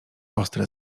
ostre